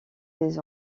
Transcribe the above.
des